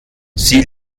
sie